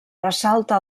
ressalta